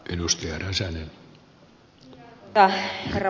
arvoisa herra puhemies